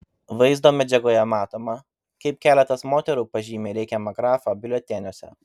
vaizdo medžiagoje matoma kaip keletas moterų pažymi reikiamą grafą biuleteniuose